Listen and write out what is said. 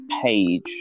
page